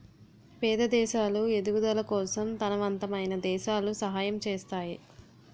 పేద దేశాలు ఎదుగుదల కోసం తనవంతమైన దేశాలు సహాయం చేస్తాయి